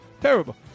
Terrible